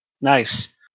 Nice